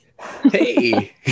hey